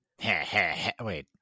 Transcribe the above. Wait